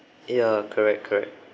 ya correct correct